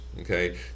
Okay